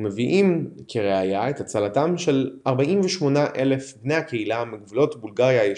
ומביאים כראייה את הצלתם של 48,000 בני הקהילה מגבולות "בולגריה הישנה".